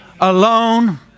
Alone